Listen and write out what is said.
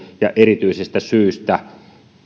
ja erityisestä syystä